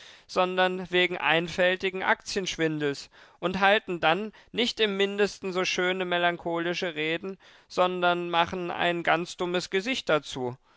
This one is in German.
sondern wegen einfältigen aktienschwindels und halten dann nicht im mindesten so schöne melancholische reden sondern machen ein ganz dummes gesicht dazu